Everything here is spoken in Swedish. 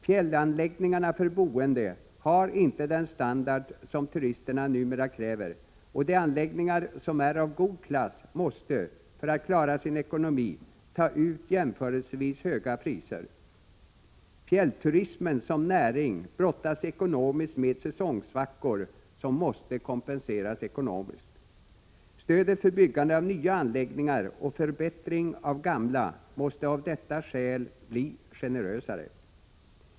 Fjällanläggningarna för boende har inte den standard som turisterna numera kräver, och de anläggningar som är av god klass måste, för att klara sin ekonomi, ta ut jämförelsevis höga priser. Fjällturismen som näring brottas ekonomiskt med säsongsvackor som måste kompenseras ekonomiskt. Stödet för byggande av nya anläggningar och förbättring av gamla måste av detta skäl bli generösare.